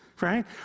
right